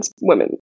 women